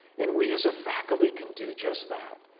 and we as a faculty can do just that.